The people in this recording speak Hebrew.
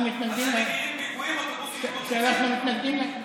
אוטובוסים מתפוצצים?